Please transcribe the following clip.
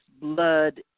blood